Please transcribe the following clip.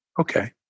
Okay